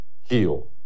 Heal